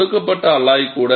கொடுக்கப்பட்ட அலாய் கூட